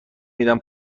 میدم